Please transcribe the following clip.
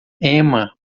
emma